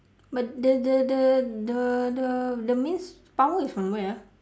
but the the the the the the main power is from where ah